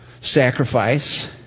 sacrifice